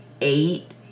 eight